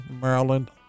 Maryland